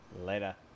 Later